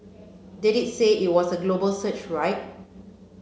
they did say it was a global search right